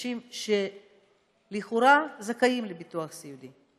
לאנשים שלכאורה זכאים לביטוח סיעודי.